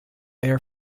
air